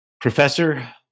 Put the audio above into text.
professor